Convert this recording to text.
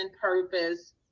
purpose